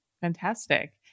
Fantastic